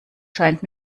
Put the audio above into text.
scheint